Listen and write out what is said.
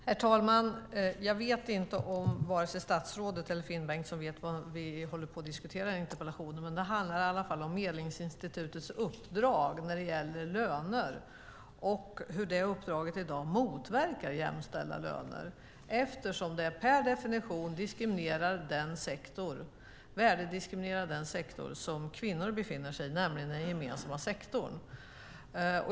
Herr talman! Jag vet inte om vare sig statsrådet eller Finn Bengtsson vet vad vi diskuterar, men interpellationen handlar om Medlingsinstitutets uppdrag när det gäller löner och hur det uppdraget i dag motverkar jämställda löner eftersom det per definition värdediskriminerar den sektor som kvinnor befinner sig i, nämligen den gemensamma sektorn.